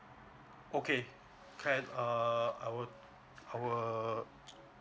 okay can err I would I will